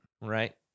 Right